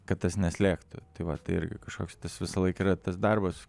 kad tas neslėgtų tai vat irgi kažkoks tas visą laiką yra tas darbas